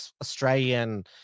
Australian